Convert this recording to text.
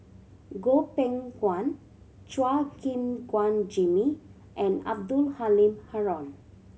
Goh Beng Kwan Chua Gim Guan Jimmy and Abdul Halim Haron